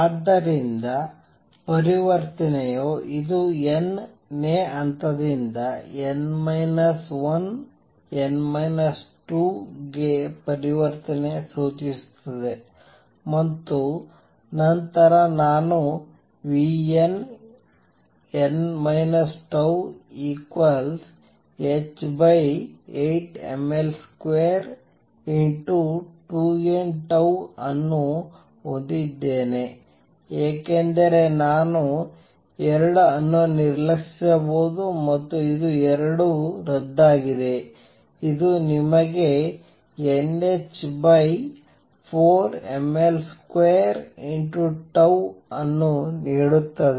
ಆದ್ದರಿಂದ ಪರಿವರ್ತನೆಯು ಇದು n ನೇ ಹಂತದಿಂದ n 1 n 2 ಗೆ ಪರಿವರ್ತನೆ ಸೂಚಿಸುತ್ತದೆ ಮತ್ತು ನಂತರ ನಾನು nn τh8mL22nτ ಅನ್ನು ಹೊಂದಿದ್ದೇನೆ ಏಕೆಂದರೆ ನಾನು 2 ಅನ್ನು ನಿರ್ಲಕ್ಷಿಸಬಹುದು ಮತ್ತು ಇದು ಈ 2 ರದ್ದಾಗಿದೆ ಇದು ನಿಮಗೆ nh4ml2τ ಅನ್ನು ನೀಡುತ್ತದೆ